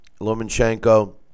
Lomachenko